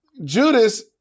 Judas